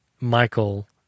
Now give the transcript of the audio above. Michael